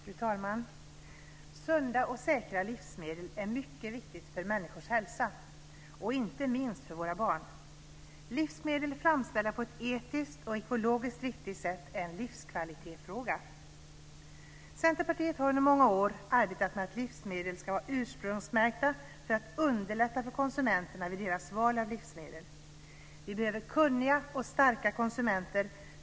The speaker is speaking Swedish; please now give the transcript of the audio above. Fru talman! Sunda och säkra livsmedel är mycket viktigt för människors hälsa, och inte minst för våra barn. Livsmedel framställda på ett etiskt och ekologiskt riktigt sätt är en livskvalitetsfråga. Centerpartiet har under många år arbetat med att livsmedel ska vara ursprungsmärkta för att underlätta för konsumenterna vid deras val av livsmedel. Vi behöver kunniga och starka konsumenter.